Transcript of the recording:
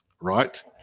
right